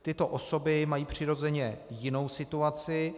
Tyto osoby mají přirozeně jinou situaci.